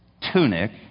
tunic